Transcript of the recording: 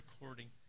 recording